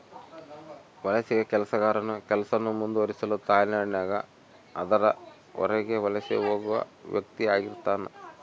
ವಲಸಿಗ ಕೆಲಸಗಾರನು ಕೆಲಸವನ್ನು ಮುಂದುವರಿಸಲು ತಾಯ್ನಾಡಿನಾಗ ಅದರ ಹೊರಗೆ ವಲಸೆ ಹೋಗುವ ವ್ಯಕ್ತಿಆಗಿರ್ತಾನ